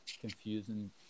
confusing